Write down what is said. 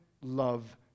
love